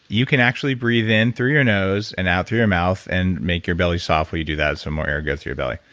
you can actually breathe in through your nose and out through your mouth and make your belly soft while you do that. let some more air goes through your belly.